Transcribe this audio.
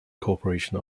corporation